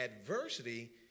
adversity